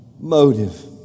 Motive